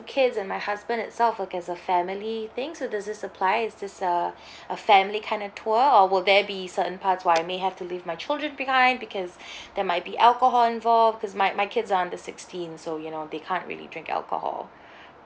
kids and my husband itself like as a family thing so does this apply is this uh a family kind of tour or will there be certain parts where I may have to leave my children behind because there might be alcohol involved because my my kids are under sixteen so you know they can't really drink alcohol